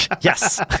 yes